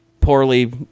poorly